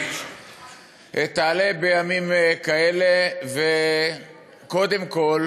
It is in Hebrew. תעלה בימים כאלה וקודם כול